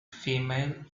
female